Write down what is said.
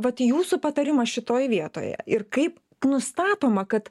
vat jūsų patarimas šitoj vietoje ir kaip nustatoma kad